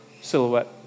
silhouette